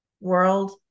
world